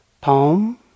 Poem